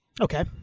Okay